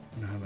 No